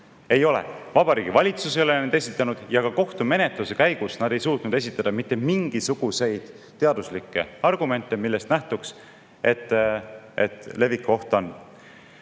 Ei ole Vabariigi Valitsus neid esitanud ja ka kohtumenetluse käigus nad ei suutnud esitada mitte mingisuguseid teaduslikke argumente, millest nähtuks, et leviku oht